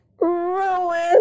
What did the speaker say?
RUINED